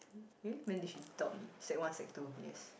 eh when did she taught me sec one sec two yes